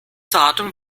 datum